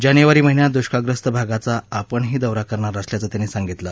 जानेवारी महिन्यात दुष्काळग्रस्त भागाचा आपणही दौरा करणार असल्याचं त्यांनी सांगितलं